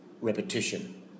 repetition